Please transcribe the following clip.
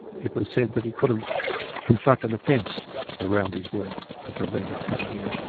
it was said that he could have constructed a fence around his work to prevent him coming in.